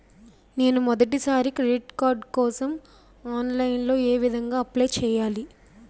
నేను మొదటిసారి credit card కోసం ఆన్లైన్ లో ఏ విధంగా అప్లై చేయాలి?